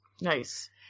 Nice